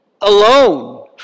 alone